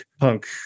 punk